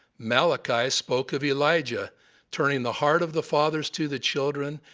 malachi spoke of elijah turning the heart of the fathers to the children,